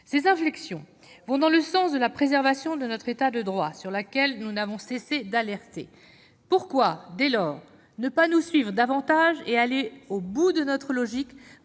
Ces inflexions vont dans le sens de la préservation de notre État de droit, sur laquelle nous n'avons cessé d'alerter. Dès lors, pourquoi ne pas nous suivre davantage, aller au bout de notre logique